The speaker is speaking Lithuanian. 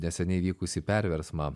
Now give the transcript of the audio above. neseniai įvykusį perversmą